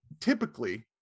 typically